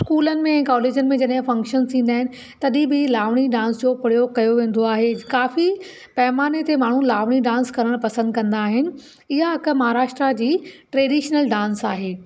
school में college में जॾहिं फंक्शन थींदा आहिनि तॾहिं बि लावणी डांस जो प्रयोगु कयो वेंदो आहे काफी पेमाने ते माण्हू लावणी डांस करण पसंदि कंदा आहिनि हीअ हिकु महाराष्ट्र जी ट्रेडिशनल डांस आहे